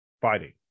fighting